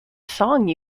song